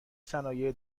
صنایع